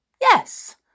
Yes